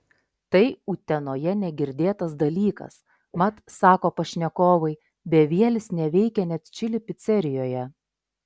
tai utenoje negirdėtas dalykas mat sako pašnekovai bevielis neveikia net čili picerijoje